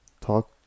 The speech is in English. talk